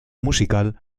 musical